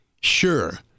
Sure